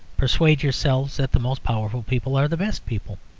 persuade yourselves that the most powerful people are the best people.